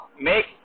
Make